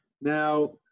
Now